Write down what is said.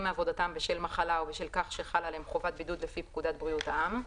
מעבודתם בשל מחלה או בשל כך שחלה עליהם חובת בידוד לפי פקודת בריאות העם,